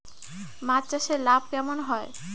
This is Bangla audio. মাছ চাষে লাভ কেমন হয়?